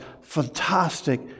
fantastic